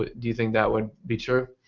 but do you think that would be true?